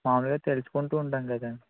మామూలుగా తెలుసుకుంటూ ఉంటాం కదండి